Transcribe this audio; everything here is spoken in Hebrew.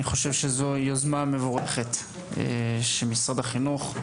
חושב שזו יוזמה מבורכת של משרד החינוך,